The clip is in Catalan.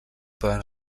poden